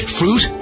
fruit